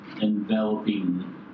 enveloping